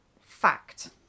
fact